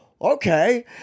okay